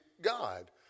God